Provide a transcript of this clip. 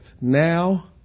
now